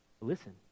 Listen